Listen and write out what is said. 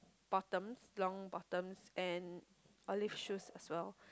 bottom long bottoms and olive shoes as well